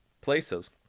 places